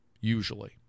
usually